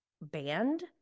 banned